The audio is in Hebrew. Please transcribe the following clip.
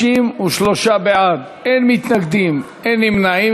33 בעד, אין מתנגדים, אין נמנעים.